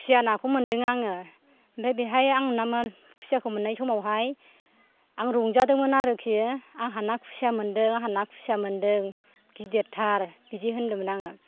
खुसिया नाखौ मोनदों आङो ओमफ्राय बेहाय आं खुसियाखौ मोननाय समावहाय आं रंजादोंमोन आरखि आंहा ना खुसिया मोनदों आंहा ना खुसिया मोनदों गिदिरथार बिदि होनदोंमोन आङो